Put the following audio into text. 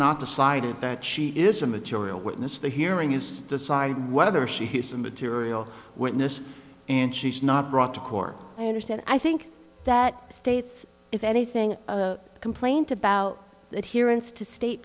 not decided that she is a material witness the hearing is decide whether she is a material witness and she's not brought to court i understand i think that states if anything a complaint about it here insta state